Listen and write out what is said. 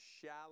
shallow